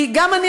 כי גם אני,